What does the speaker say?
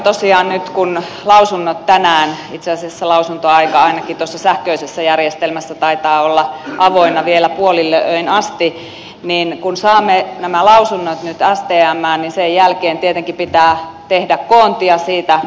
kun saamme nämä lausunnot tänään stmään itse asiassa lausuntoaika ainakin tuossa sähköisessä järjestelmässä taitaa olla avoinna vielä puolille öin asti niin kun saaneet nämä lausunnot taas team sen jälkeen tietenkin pitää tehdä koontia siitä lausuntopalautteesta